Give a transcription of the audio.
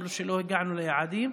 הגם שלא הגענו ליעדים,